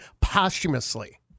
posthumously